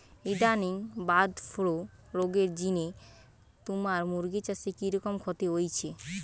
ইদানিং bird flu রগের জিনে তুমার মুরগি চাষে কিরকম ক্ষতি হইচে?